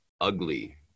ugly